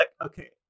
Okay